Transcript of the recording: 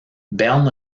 berne